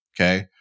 Okay